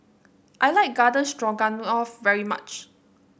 I like Garden Stroganoff very much